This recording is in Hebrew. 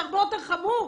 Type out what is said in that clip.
זה הרבה יותר חמור,